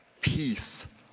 Peace